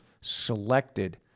selected